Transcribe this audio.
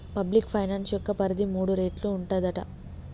public finance యొక్క పరిధి మూడు రేట్లు ఉంటదట